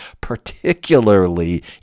particularly